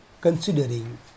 considering